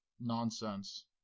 Nonsense